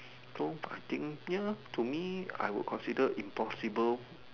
so I think ya to me I would consider impossible